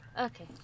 Okay